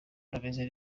ntameze